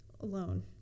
Alone